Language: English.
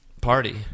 party